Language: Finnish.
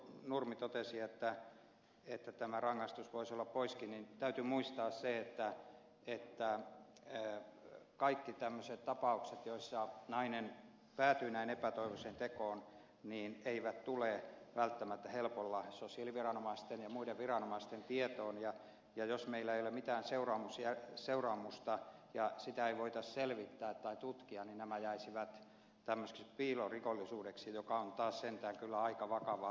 nurmi totesi että tämä rangaistus voisi olla poiskin niin täytyy muistaa se että kaikki tämmöiset tapaukset joissa nainen päätyy näin epätoivoiseen tekoon eivät tule välttämättä helpolla sosiaaliviranomaisten ja muiden viranomaisten tietoon ja jos meillä ei ole mitään seuraamusta ja sitä ei voitaisi selvittää tai tutkia niin nämä jäisivät tämmöiseksi piilorikollisuudeksi joka on taas sentään kyllä aika vakavaa